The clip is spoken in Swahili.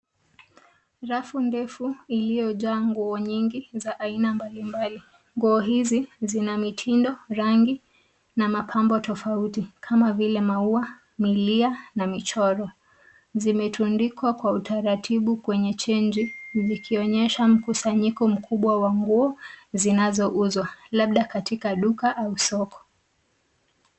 Rafu ndefu iliyojaa nguo nyingi za aina mbalimbali. Nguo hizi zina mitindo, rangi na mapambo tofauti kama vile maua, milia na michoro. Zimetundikwa kwa utaratibu kwenye chenji zikionyesha mkusanyiko mkubwa wa nguo zinazouzwa labda katika duka au soko.